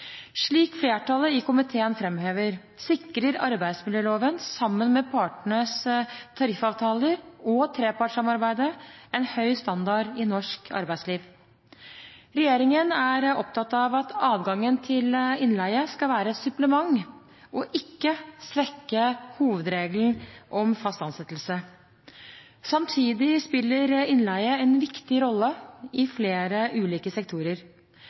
Slik flertallet i komiteen fremhever, sikrer arbeidsmiljøloven, sammen med partenes tariffavtaler og trepartssamarbeidet, en høy standard i norsk arbeidsliv. Regjeringen er opptatt av at adgangen til innleie skal være et supplement og ikke svekke hovedregelen om fast ansettelse. Samtidig spiller innleie en viktig rolle i flere ulike sektorer.